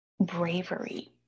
bravery